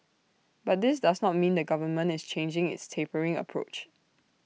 but this does not mean the government is changing its tapering approach